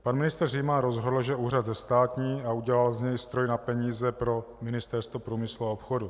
Pan ministr Říman rozhodl, že úřad zestátní, a udělal z něj stroj na peníze pro Ministerstvo průmyslu a obchodu.